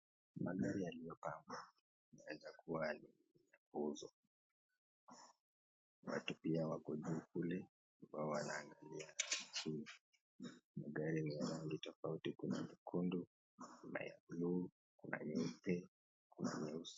Magari yaliyo pangwa inaezakuwa inauzwa rangi pia yako juu kule yanaangalia chinj magari Lina rangi tofauti tofauti Kuna nyekundu , kuna ya buluu ,Kuna nyeupe, Kuna nyeusi.